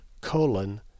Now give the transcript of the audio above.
colon